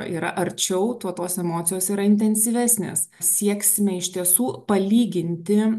yra arčiau tuo tos emocijos yra intensyvesnės sieksime iš tiesų palyginti